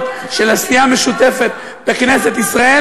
תשע,